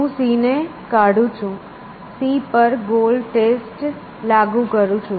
હું C ને કાઢું છું C પર ગોલ ટેસ્ટ લાગુ કરું છું